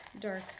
dark